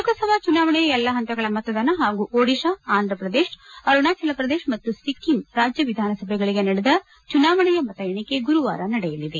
ಲೋಕಸಭಾ ಚುನಾವಣೆಯ ಎಲ್ಲಾ ಹಂತಗಳ ಮತದಾನ ಹಾಗೂ ಒದಿಶಾ ಆಂಧ್ರ ಪ್ರದೇಶ ಅರುಣಾಚಲ ಪ್ರದೇಶ ಮತ್ತು ಸಿಕ್ಕಿಂ ರಾಜ್ಯ ವಿಧಾನಸಭೆಗಳಿಗೆ ನಡೆದ ಚುನಾವಣೆಯ ಮತ ಎಣಿಕೆ ಗುರುವಾರ ನಡೆಯಲಿದೆ